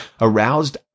aroused